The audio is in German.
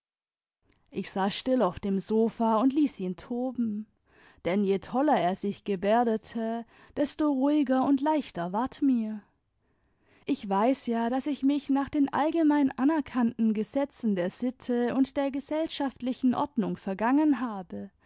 ich saß still auf dem sofa und ließ ihn toben denn je toller er sich gebärdete desto ruhiger imd leichter ward mir ich weiß ja i daß ich mich nach den allgemein anerkannten gesetzen der sitte und der gesellschaftlichen ordnung vergangen habe